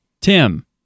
Tim